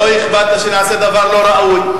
לא אכפת לה שנעשה דבר לא ראוי,